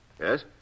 Yes